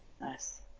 Nice